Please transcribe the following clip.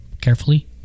carefully